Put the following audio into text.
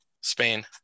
Spain